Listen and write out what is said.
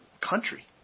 country